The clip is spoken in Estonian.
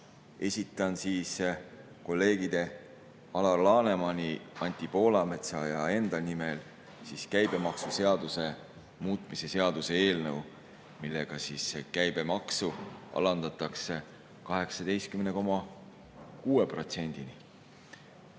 Esitan kolleegide Alar Lanemani, Anti Poolametsa ja enda nimel käibemaksuseaduse muutmise seaduse eelnõu, millega käibemaksu alandatakse